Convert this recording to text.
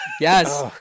yes